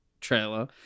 trailer